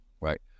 right